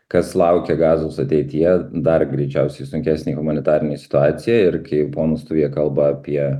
kas laukia gazos ateityje dar greičiausiai sunkesnė humanitarinė situacija ir kaip ponas tuvija kalba apie